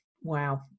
wow